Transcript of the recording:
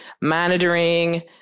monitoring